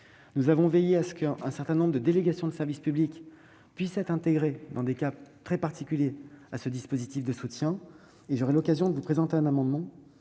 publics. Un certain nombre de délégations de service public pourront être intégrées, dans des cas très particuliers, à ce dispositif de soutien. J'aurai l'occasion de vous présenter un amendement